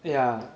yeah